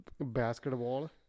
basketball